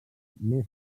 més